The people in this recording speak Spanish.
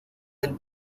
del